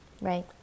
Right